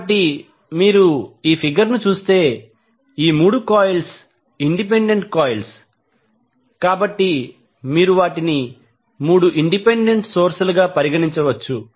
కాబట్టి మీరు ఈ ఫిగర్ ను చూస్తే ఈ 3 కాయిల్స్ ఇండిపెండెంట్ కాయిల్స్ కాబట్టి మీరు వాటిని 3 ఇండిపెండెంట్ సోర్స్ లుగా పరిగణించవచ్చు